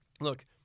look